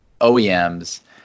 OEMs